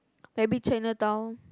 maybe Chinatown